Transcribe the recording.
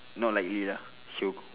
no likely ah she will go